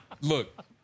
look